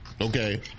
Okay